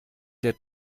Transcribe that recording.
der